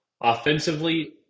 offensively